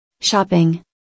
Shopping